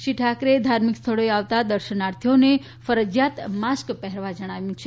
શ્રી ઠાકરેએ ધાર્મિક સ્થળોએ આવતા દર્શનાર્થીઓને ફરજીયાત માસ્ક પહેરવા જણાવ્યું છે